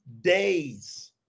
days